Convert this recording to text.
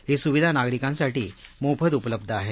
ही सुविधा नागरिकांसाठी मोफत उपलब्ध आहे